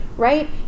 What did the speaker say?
Right